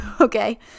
Okay